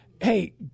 Hey